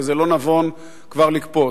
וזה לא נבון כבר לקפוץ.